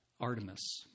Artemis